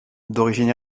d’origine